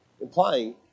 Implying